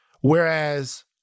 whereas